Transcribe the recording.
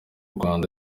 rwanda